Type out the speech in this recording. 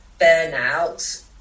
burnout